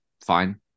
fine